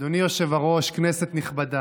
אדוני היושב-ראש, כנסת נכבדה,